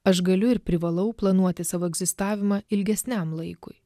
aš galiu ir privalau planuoti savo egzistavimą ilgesniam laikui